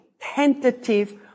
tentative